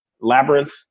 Labyrinth